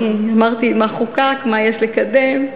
אמרתי מה חוקק, מה יש לקדם,